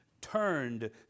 turned